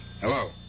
Hello